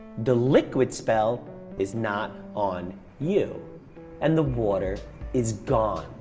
the liquid spell is not on you and the water is gone.